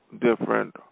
different